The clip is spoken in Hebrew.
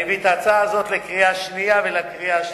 אני מביא את ההצעה הזאת לקריאה השנייה ולקריאה השלישית.